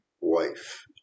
wife